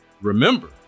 remember